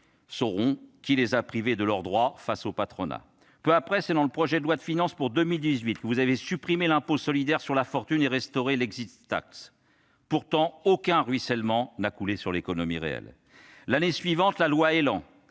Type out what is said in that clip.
sauront qui les a privés de leurs droits face au patronat. Peu après, dans le cadre du projet de loi de finances pour 2018, vous avez supprimé l'impôt de solidarité sur la fortune et restauré l'. Pourtant, aucun ruissellement n'a coulé sur l'économie réelle. L'année suivante, la loi portant